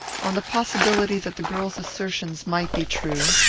on the possibility that the girl's assertions might be true,